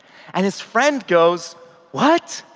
and his friend goes what?